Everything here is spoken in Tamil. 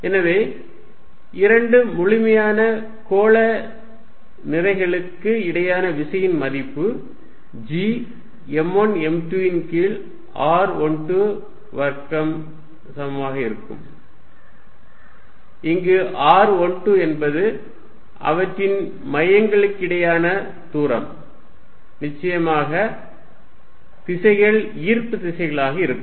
எனவே இரண்டு முழுமையான கோள நிறைகளுக்கு இடையேயான விசையின் மதிப்பு G m1 m2 ன் கீழ் r12 வர்க்கம் சமமாக இருக்கும் இங்கு r12 என்பது அவற்றின் மையங்களுக்கிடையேயான தூரம் மற்றும் நிச்சயமாக திசைகள் ஈர்ப்பு திசையாக இருக்கும்